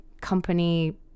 company